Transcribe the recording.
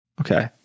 Okay